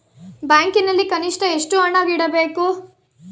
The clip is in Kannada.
ಬ್ಯಾಂಕಿನಲ್ಲಿ ಕನಿಷ್ಟ ಎಷ್ಟು ಹಣ ಇಡಬೇಕು?